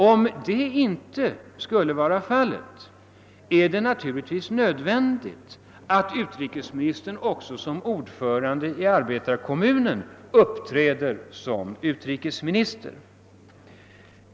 Om detta inte skulle vara fallet, är det nödvändigt att utrikesministern också som ordförande i arbetarekommunen uppträder som utrikesminister.